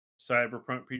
Cyberpunk